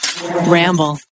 Ramble